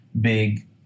big